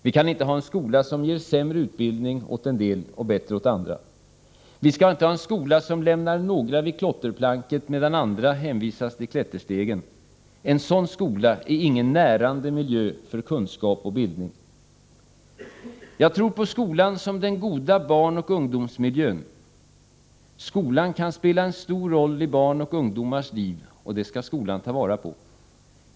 Vi kan inte ha en skola som ger sämre utbildning åt vissa och bättre åt andra. Vi skall inte ha en skola som lämnar några vid klotterplanket, medan andra hänvisas till klätterstegen. En sådan skola ger ingen närande miljö för kunskap och bildning. Jag tror på skolan som en god barnoch ungdomsmiljö. Skolan spelar en stor roll i barns och ungdomars liv, och det skall skolan ta vara på.